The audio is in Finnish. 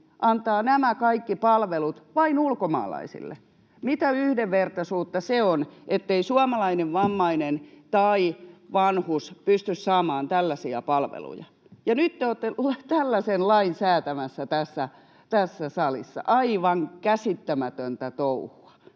antaa nämä kaikki palvelut vain ulkomaalaisille? Mitä yhdenvertaisuutta se on, ettei suomalainen vammainen tai vanhus pysty saamaan tällaisia palveluja? Ja nyt te olette tällaisen lain säätämässä tässä salissa. Aivan käsittämätöntä touhua.